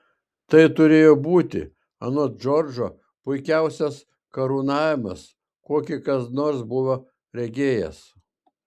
tai turėjo būti anot džordžo puikiausias karūnavimas kokį kas nors buvo regėjęs